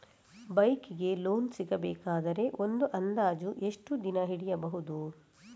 Bike ಗೆ loan ಸಿಗಬೇಕಾದರೆ ಒಂದು ಅಂದಾಜು ಎಷ್ಟು ದಿನ ಹಿಡಿಯಬಹುದು?